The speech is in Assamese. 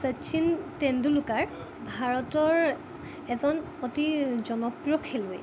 শচীন তেণ্ডুলকাৰ ভাৰতৰ এজন অতি জনপ্ৰিয় খেলুৱৈ